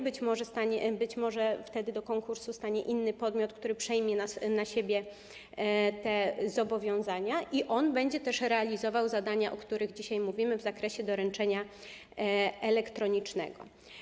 Być może wtedy do konkursu stanie inny podmiot, który przejmie na siebie te zobowiązania i będzie też realizował zadania, o których dzisiaj mówimy, w zakresie doręczenia elektronicznego.